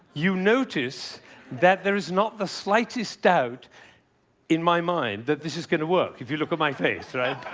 you notice that there is not the slightest doubt in my mind that this is going to work, if you look at my face, right?